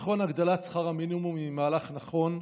נכון, הגדלת שכר המינימום היא מהלך נכון,